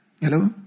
hello